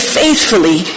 faithfully